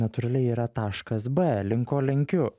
natūraliai yra taškas b link ko lenkiu